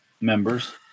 members